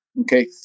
Okay